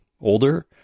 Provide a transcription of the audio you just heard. older